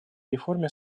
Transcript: реформе